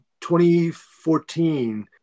2014